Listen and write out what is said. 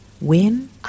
win